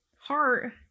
heart